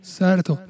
certo